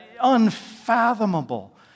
unfathomable